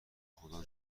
خدا